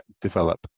develop